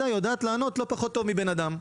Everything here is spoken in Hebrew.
היא יודעת לענות לא פחות טוב מבן אדם,